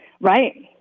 Right